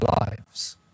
lives